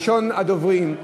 ראשונת הדוברים,